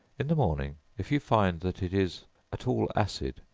in the morning, if you find that it is at all acid,